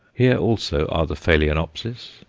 here also are the phaloenopsis,